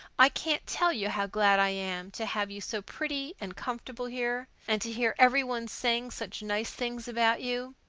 i can't tell you how glad i am to have you so pretty and comfortable here, and to hear every one saying such nice things about you.